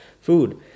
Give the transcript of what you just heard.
food